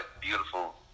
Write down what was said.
beautiful